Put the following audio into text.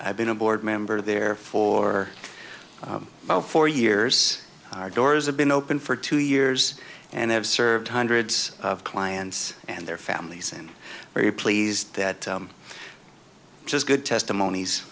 i've been a board member there for about four years our doors have been open for two years and have served hundreds of clients and their families and very pleased that just good testimonies